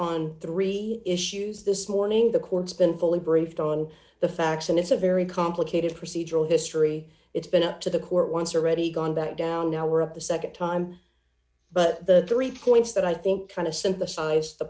on three issues this morning the court's been fully briefed on the facts and it's a very complicated procedural history it's been up to the court once are already gone back down now we're at the nd time but the three points that i think kind of synthesize the